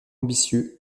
ambitieux